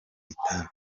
itabi